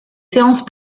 séances